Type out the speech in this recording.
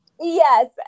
yes